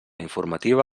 informativa